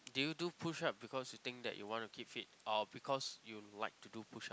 did you do push up because you think that you want to keep fit or because you like to do push up